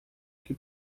que